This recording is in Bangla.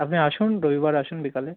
আপনি আসুন রবিবার আসুন বিকালে